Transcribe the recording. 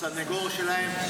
הסנגור שלהם.